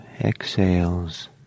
exhales